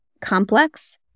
complex